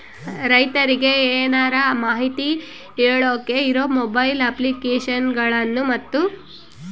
ರೈತರಿಗೆ ಏನರ ಮಾಹಿತಿ ಕೇಳೋಕೆ ಇರೋ ಮೊಬೈಲ್ ಅಪ್ಲಿಕೇಶನ್ ಗಳನ್ನು ಮತ್ತು?